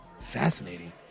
Fascinating